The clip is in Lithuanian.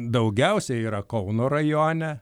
daugiausiai yra kauno rajone